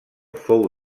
fou